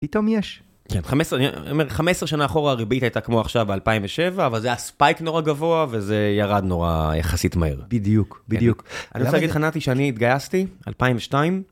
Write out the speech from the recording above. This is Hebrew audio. פתאום יש. כן, 15 שנה אחורה הריבית הייתה כמו עכשיו ב-2007, אבל זה היה ספייק נורא גבוה וזה ירד נורא יחסית מהר. בדיוק, בדיוק. אני רוצה להגיד, לך נתי שאני התגייסתי, 2002.